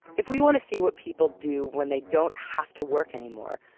if we want to see what people do when they don't have to work anymore,